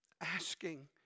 asking